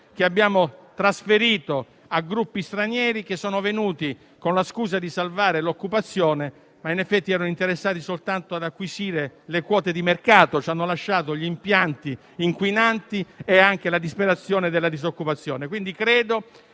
che abbiamo trasferito a gruppi stranieri, venuti con la scusa di salvare l'occupazione ma interessati soltanto ad acquisire le quote di mercato, che ci hanno lasciato gli impianti inquinanti e anche la disperazione della disoccupazione.